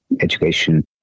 education